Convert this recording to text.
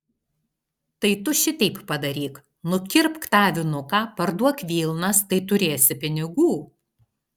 tai tu šiteip padaryk nukirpk tą avinuką parduok vilnas tai turėsi pinigų